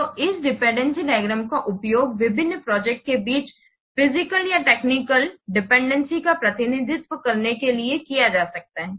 तो इस dependency diagram का उपयोग विभिन्न प्रोजेक्ट के बीच फिजिकल या टेक्निकल डिपेंडेंसी का प्रतिनिधित्व करने के लिए किया जा सकता है